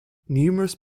numerous